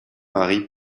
mari